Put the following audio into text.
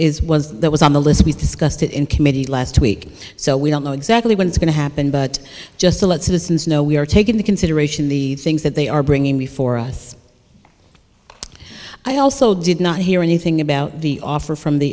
is was there was on the list was discussed in committee last week so we don't know exactly when it's going to happen but just to let citizens know we are taking the consideration the things that they are bringing before us i also did not hear anything about the offer from the